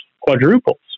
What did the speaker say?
quadruples